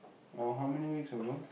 or how many weeks ago